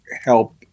help